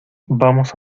vamos